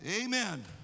Amen